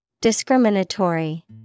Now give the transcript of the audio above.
Discriminatory